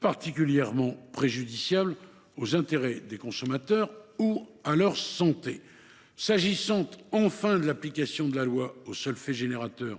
particulièrement préjudiciables aux intérêts des consommateurs ou à leur santé. Pour ce qui est de l’application de la loi aux seuls faits générateurs